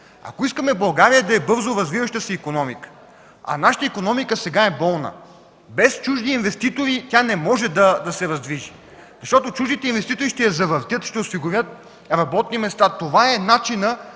Ако искаме България да е с бързо развиваща се икономика, а нашата икономика сега е болна, без чужди инвеститори тя не може да се раздвижи, защото те ще я завъртят, ще осигурят работни места. Това е начинът,